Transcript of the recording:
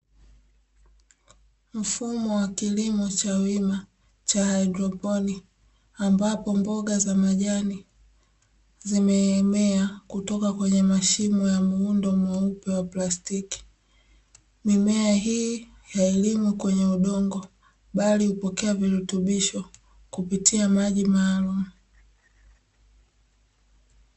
Mfumo wa kilimo cha wima cha haidroponi, ambapo mboga za majani zimemea kutoka kwenye mashimo ya muundo mweupe wa plastiki. Mimea hii hailimwi kwenye udongo bali hupokea virutubisho kupitia maji maalumu.